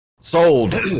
sold